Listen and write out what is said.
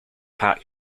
pack